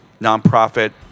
nonprofit